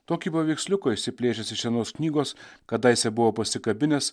tokį paveiksliuko išsiplėšęs iš senos knygos kadaise buvo pasikabinęs